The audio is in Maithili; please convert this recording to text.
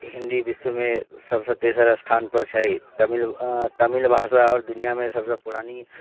हिन्दी विश्वमे सभसँ तेसर स्थानपर छै तमिल तमिल भाषा आओर दुनिआँमे सभसँ पुरानी